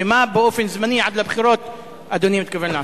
ומה באופן זמני עד לבחירות אדוני מתכוון לעשות?